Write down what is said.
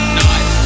night